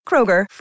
Kroger